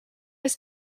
his